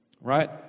Right